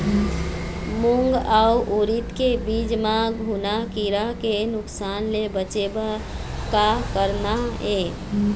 मूंग अउ उरीद के बीज म घुना किरा के नुकसान ले बचे बर का करना ये?